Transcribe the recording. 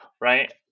right